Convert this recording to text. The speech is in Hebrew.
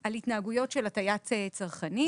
על התנהגויות של הטיית צרכנים,